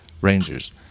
Rangers